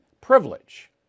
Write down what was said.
privilege